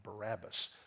Barabbas